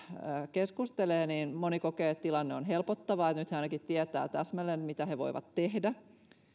keskustelee niin moni kokee että tilanne on helpottava kun nyt he ainakin tietävät täsmälleen mitä he voivat tehdä